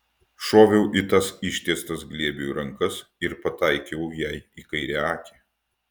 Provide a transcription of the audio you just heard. šoviau į tas ištiestas glėbiui rankas ir pataikiau jai į kairę akį